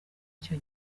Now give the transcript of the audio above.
icyo